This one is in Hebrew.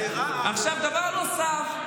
עכשיו דבר נוסף,